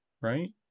right